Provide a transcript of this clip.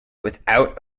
without